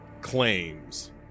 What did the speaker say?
claims